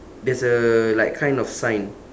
there's a like kind of sign